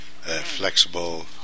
Flexible